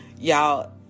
Y'all